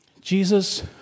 Jesus